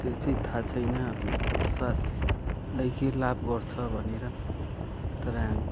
त्यो चाहिँ थाहा छैन आफ्नो स्वास्थ्यलाई के लाभ गर्छ भनेर तर हामी